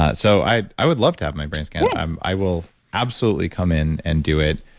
ah so, i i would love to have my brain scanned. yeah um i will absolutely come in and do it.